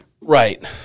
Right